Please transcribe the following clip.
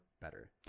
better